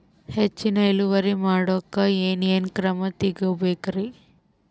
ಹೆಚ್ಚಿನ್ ಇಳುವರಿ ಮಾಡೋಕ್ ಏನ್ ಏನ್ ಕ್ರಮ ತೇಗೋಬೇಕ್ರಿ?